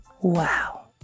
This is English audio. Wow